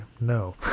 no